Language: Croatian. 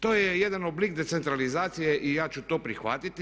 To je jedan oblik decentralizacije i ja ću to prihvatiti.